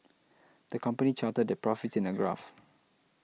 the company charted their profits in a graph